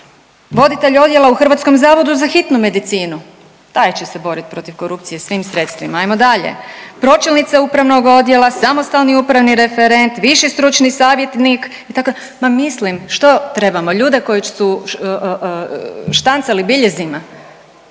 voditelj odjelu u Hrvatskom zavodu za hitnu medicinu taj će se boriti protiv korupcije svim sredstvima. Ajmo dalje, pročelnica upravnog odjela, samostalni upravni referent, viši stručni savjetnik itd., ma mislim što trebamo ljude koji su štancali biljezima.